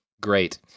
great